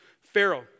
Pharaoh